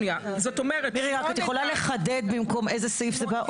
את יכולה לחדד במקום איזה סעיף זה בא, עוד פעם.